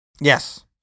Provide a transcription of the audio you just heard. Yes